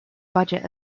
budget